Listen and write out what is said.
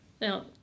now